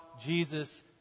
Jesus